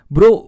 Bro